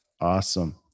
Awesome